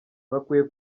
bakwiye